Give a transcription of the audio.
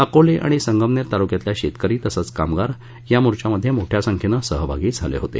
अकोले आणि संगमनेर तालुक्यातील शेतकरी तसंच कामगार या मोर्चामध्ये मोठ्या संख्येने सहभागी झाले होते